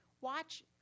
Watch